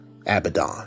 Abaddon